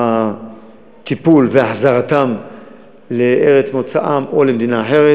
הטיפול והחזרתם לארץ מוצאם או למדינה אחרת.